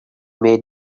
made